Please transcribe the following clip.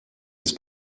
his